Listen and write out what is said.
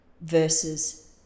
versus